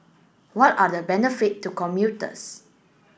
what are the benefit to commuters